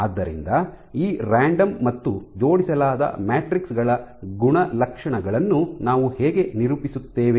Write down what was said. ಆದ್ದರಿಂದ ಈ ರಾಂಡಮ್ ಮತ್ತು ಜೋಡಿಸಲಾದ ಮ್ಯಾಟ್ರಿಕ್ಸ್ ಗಳ ಗುಣಲಕ್ಷಣಗಳನ್ನು ನಾವು ಹೇಗೆ ನಿರೂಪಿಸುತ್ತೇವೆ